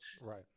right